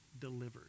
delivered